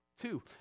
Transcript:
Two